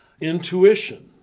intuition